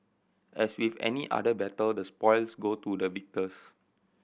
as with any other battle the spoils go to the victors